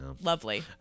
lovely